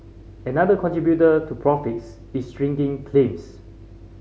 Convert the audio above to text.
another contributor to profits is shrinking claims